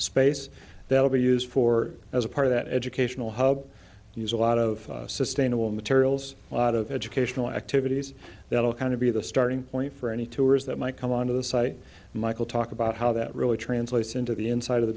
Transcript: space that will be used for as a part of that educational hub use a lot of sustainable materials a lot of educational activities that will kind of be the starting point for any tours that might come on to the site michael talk about how that really translates into the inside of the